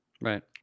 Right